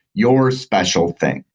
your special thing.